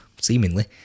seemingly